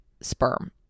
sperm